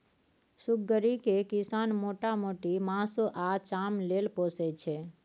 सुग्गरि केँ किसान मोटा मोटी मासु आ चाम लेल पोसय छै